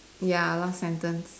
ya last sentence